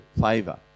favor